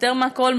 יותר מהכול,